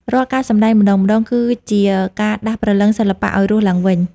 រាល់ការសម្ដែងម្ដងៗ គឺជាការដាស់ព្រលឹងសិល្បៈឱ្យរស់ឡើងវិញ។